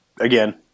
again